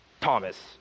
Thomas